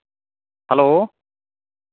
hello